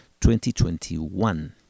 2021